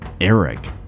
Eric